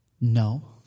no